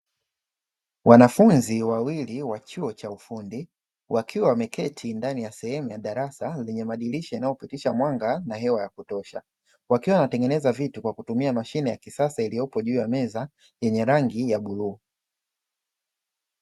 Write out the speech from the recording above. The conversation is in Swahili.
Wanafunzi wawili wa chuo cha ufundi, wakiwa wameketi ndani ya sehemu ya darasa lenye madirisha yanayopitisha mwanga na hewa ya kutosha. Wakiwa wanatengeneza vitu kwa kutumia mashine ya kisasa iliyopo juu ya meza, yenye rangi ya bluu.